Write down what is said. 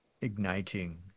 igniting